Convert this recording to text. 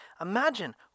Imagine